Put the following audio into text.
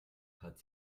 hat